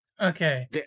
Okay